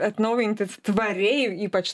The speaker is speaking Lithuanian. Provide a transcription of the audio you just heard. atnaujinti tvariai ypač